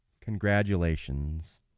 congratulations